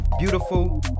Beautiful